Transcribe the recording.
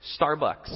Starbucks